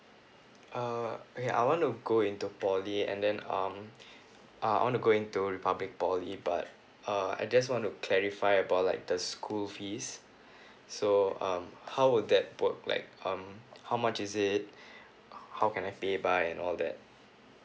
uh okay I want to go into poly and then um uh I want to go into public poly but uh I just want to clarify about like the school fees so um how would that work like um how much is it how can I pay by and all that